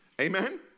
Amen